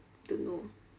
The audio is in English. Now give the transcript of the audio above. don't know